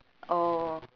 oh